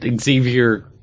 Xavier